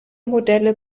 modelle